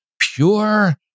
pure